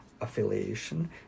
affiliation